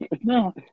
no